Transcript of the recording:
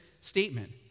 statement